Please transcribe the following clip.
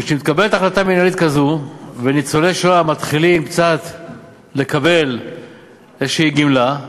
וכשמתקבלת החלטה מינהלית כזאת וניצולי שואה מתחילים לקבל איזושהי גמלה,